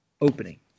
opening